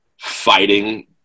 fighting